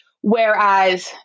Whereas